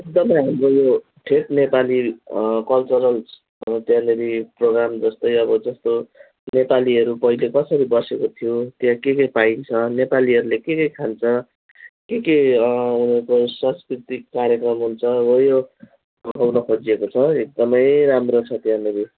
एकदमै हाम्रो यो ठेट नेपाली कल्चरल त्यहाँनेरि प्रोगाम जस्तै अब जस्तो नेपालीहरू पहिले कसरी बसेको थियो त्यहाँ के के पाइन्छ नेपालीहरूले के के खान्छ के के उनीहरूको सांस्कृतिक कार्यक्रम हुन्छ हो योहरू बताउन खोजिएको छ एकदमै राम्रो छ त्यहाँनेरि